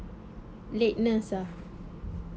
lateness ah